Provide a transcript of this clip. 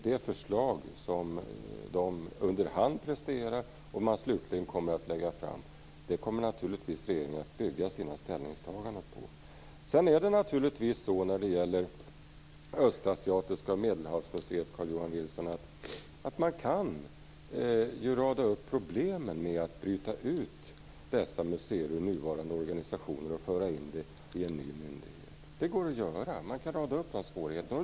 Det förslag som den underhand presterar och slutligen lägger fram är naturligtvis det som regeringen kommer att bygga sina ställningstaganden på. När det gäller Östasiatiska museet och Medelhavsmuseet kan man naturligtvis rada upp problemen med att bryta ut dessa museer ur nuvarande organisationer och föra in dem i en ny myndighet.